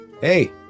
Hey